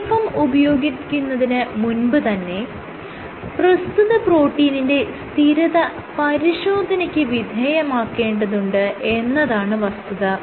AFM ഉപയോഗിക്കുന്നതിന് മുൻപ് തന്നെ പ്രസ്തുത പ്രോട്ടീനിന്റെ സ്ഥിരത പരിശോധനയ്ക്ക് വിധേയമാക്കേണ്ടതുണ്ട് എന്നതാണ് വസ്തുത